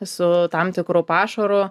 su tam tikru pašaru